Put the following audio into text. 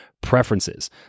preferences